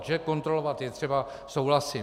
Že kontrolovat je třeba, souhlasím.